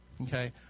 Okay